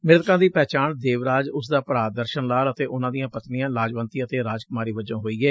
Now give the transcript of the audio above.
ਮ੍ਰਿਤਕਾਂ ਦੀ ਪਹਿਚਾਣ ਦੇਵ ਰਾਜ ਉਸਦਾ ਭਰਾ ਦਰਸਨ ਲਾਲ ਅਤੇ ਉਨਾਂ ਦੀਆਂ ਪਤਨੀਆਂ ਲਾਜਵੰਤੀ ਅਤੇ ਰਾਜ ਕੁਮਾਰੀ ਵਜੋਂ ਹੋਈ ਏ